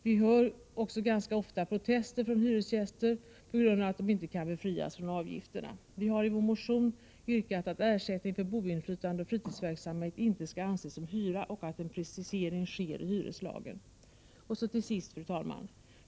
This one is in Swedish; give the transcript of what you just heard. Vi hör också ganska ofta protester från hyresgäster på grund av att de ej kan befrias från avgifterna. Vi har i vår motion yrkat att ersättning för boinflytande och fritidsverksamhet inte skall anses som hyra och att en precisering sker i hyreslagen. Till sist, fru talman!